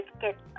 get